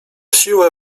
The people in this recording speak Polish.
siłę